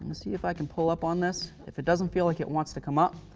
and see if i can pull up on this. if it doesn't feel like it wants to come up,